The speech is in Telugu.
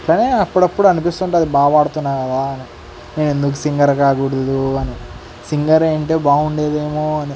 ఇట్లానే అప్పుడప్పుడు అనిపిస్తుంటుంది బాగా పాడుతున్నాను కదా అని నేను ఎందుకు సింగర్ కాకూడదు అని సింగర్ అయ్యి ఉంటే బాగుండేదేమో అని